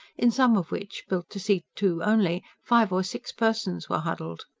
in some of which, built to seat two only, five or six persons were huddled.